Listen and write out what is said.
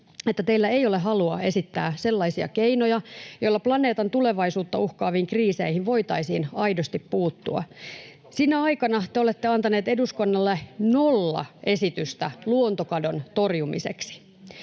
että teillä ei ole halua esittää sellaisia keinoja, joilla planeetan tulevaisuutta uhkaaviin kriiseihin voitaisiin aidosti puuttua. Sinä aikana te olette antaneet eduskunnalle nolla esitystä luontokadon torjumiseksi.